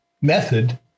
method